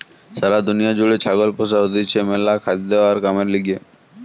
সারা দুনিয়া জুড়ে ছাগল পোষা হতিছে ম্যালা খাদ্য আর কামের লিগে